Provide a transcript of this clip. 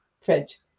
fridge